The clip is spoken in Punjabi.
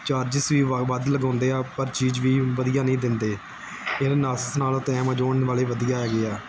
ਚਾਰਜੀਸ ਵੀ ਵ ਵੱਧ ਲਗਾਉਂਦੇ ਆ ਪਰ ਚੀਜ਼ ਵੀ ਵਧੀਆ ਨਹੀਂ ਦਿੰਦੇ ਇਹਨਾਂ ਨਾਸ ਨਾਲੋਂ ਤਾਂ ਐਮਾਜੋਨ ਵਾਲੇ ਵਧੀਆ ਹੈਗੇ ਆ